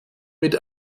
mit